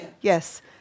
Yes